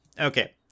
okay